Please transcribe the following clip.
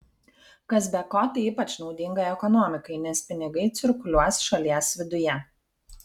kas be ko tai ypač naudinga ekonomikai nes pinigai cirkuliuos šalies viduje